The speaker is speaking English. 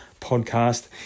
podcast